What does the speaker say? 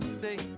say